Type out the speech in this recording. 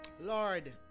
Lord